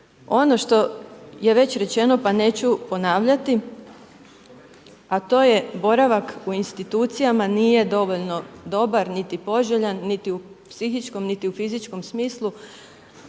Ono što je već rečeno pa neću ponavljati, a to je boravak u institucijama nije dovoljno dobar, niti poželjan, niti u psihičkom, niti u fizičkom smislu,